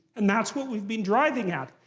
and that's what we've been driving at.